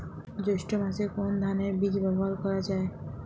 জৈষ্ঠ্য মাসে কোন ধানের বীজ ব্যবহার করা যায়?